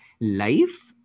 life